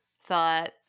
thought